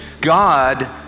God